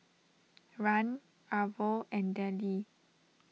Rahn Arvo and Dellie